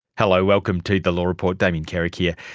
hello, welcome to the law report, damien carrick here.